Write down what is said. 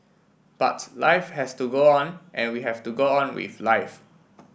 buts life has to go on and we have to go on with life